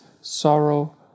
sorrow